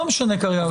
זה לא משנה כרגע.